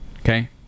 Okay